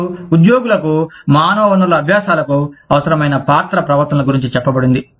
మరియు ఉద్యోగులకు మానవ వనరుల అభ్యాసాలకు అవసరమైన పాత్ర ప్రవర్తనల గురించి చెప్పబడింది